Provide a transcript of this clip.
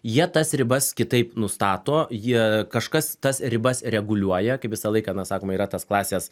jie tas ribas kitaip nustato jie kažkas tas ribas reguliuoja kaip visą laiką na sakome yra tas klasės